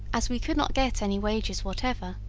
as we could not get any wages whatever,